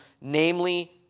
namely